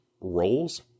roles